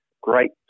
great